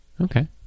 Okay